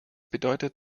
bedeutet